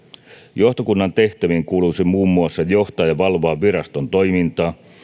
johtokunnan tehtäviin kuuluisi muun muassa johtaa ja valvoa viraston toimintaa